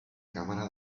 cámara